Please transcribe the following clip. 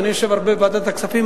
ואני יושב הרבה בוועדת הכספים,